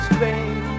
Spain